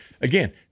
again